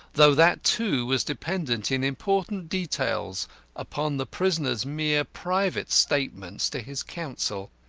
though that, too, was dependent in important details upon the prisoner's mere private statements to his counsel.